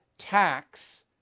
Tax